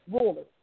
rulers